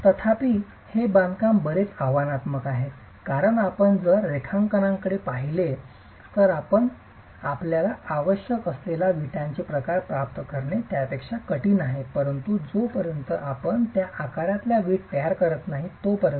तथापि हे बांधकाम बरेच आव्हानात्मक आहे कारण जर आपण रेखांकनाकडे पाहिले तर जर आपण रेखांकन पाहिले तर आपल्याला आवश्यक असलेल्या वीटचे आकार प्राप्त करणे त्यापेक्षा कठीण आहे परंतु जोपर्यंत आपण त्या आकारात वीट तयार करीत नाही तोपर्यंत